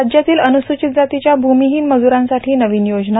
राज्यातील अनूसूचित जातीच्या भूमिहीन मजुरांसाठी नवीन योजना